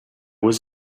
was